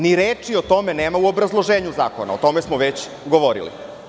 Ni reči o tome nema u obrazloženju zakona, o tome smo već govorili.